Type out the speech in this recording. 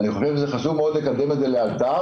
אני חושב שחשוב מאוד לקדם את זה לאלתר.